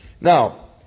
Now